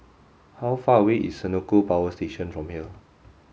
how far away is Senoko Power Station from here